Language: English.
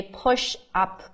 push-up